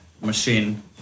machine